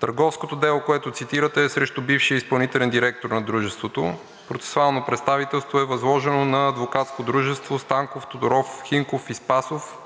Търговското дело, което цитирате, е срещу бившия изпълнителен директор на дружеството. Процесуално представителство е възложено на Адвокатско дружество „Станков, Тодоров, Хинков и Спасов“